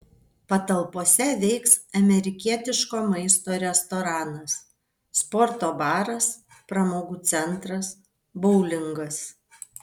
patalpose veiks amerikietiško maisto restoranas sporto baras pramogų centras boulingas